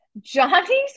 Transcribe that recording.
Johnny's